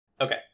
Okay